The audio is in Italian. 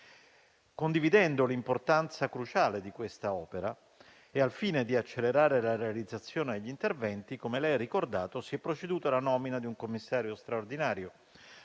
Condividendo l'importanza cruciale di questa opera e al fine di accelerare la realizzazione degli interventi - come lei ha ricordato - si è proceduto alla nomina di un commissario straordinario,